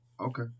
Okay